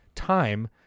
time